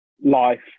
life